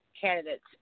candidates